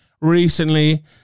Recently